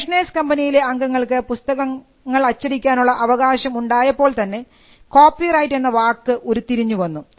stationers കമ്പനിയിലെ അംഗങ്ങൾക്ക് പുസ്തകങ്ങൾ അച്ചടിക്കാനുള്ള അവകാശം ഉണ്ടായപ്പോൾ തന്നെ കോപ്പിറൈറ്റ് എന്ന വാക്ക് ഉരുത്തിരിഞ്ഞു വന്നു